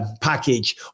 package